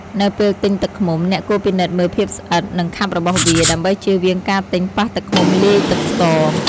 នៅពេលទិញទឹកឃ្មុំ អ្នកគួរពិនិត្យមើលភាពស្អិត និងខាប់របស់វា ដើម្បីជៀសវាងការទិញប៉ះទឹកឃ្មុំលាយទឹកស្ករ។